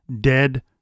dead